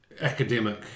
academic